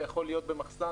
זה יכול להיות במחסן,